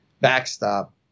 backstop